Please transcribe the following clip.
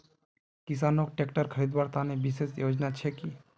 किसानोक ट्रेक्टर खरीदवार तने विशेष योजना छे कि?